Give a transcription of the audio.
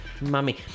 Mummy